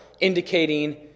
indicating